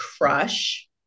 crush